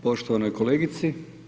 poštovanoj kolegici.